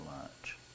lunch